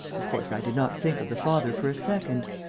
of course, i did not think of the father for a second.